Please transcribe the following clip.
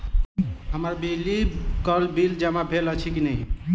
हम्मर बिजली कऽ बिल जमा भेल अछि की नहि?